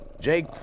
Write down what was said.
Jake